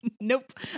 Nope